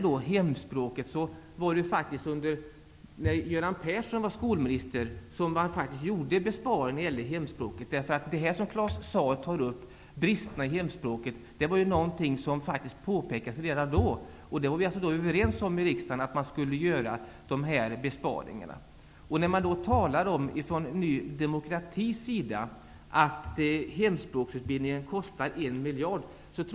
Det var faktiskt under Göran Perssons tid som skolminister som besparingar gjordes i hemspråksundervisningen. Bristerna i hemspråksundervisningen som Claus Zaar tar upp var faktiskt något som påpekades redan då. Vi var överens i riksdagen om att dessa besparingar skulle göras. Nu hävdar man från Ny demokratis sida att hemspråksundervisningen kostar 1 miljard kronor.